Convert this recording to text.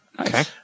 Okay